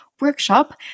workshop